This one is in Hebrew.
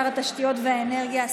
שר התשתיות והאנרגיה,